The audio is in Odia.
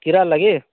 କିଡ଼ାର୍ ଲାଗି